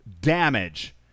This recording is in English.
damage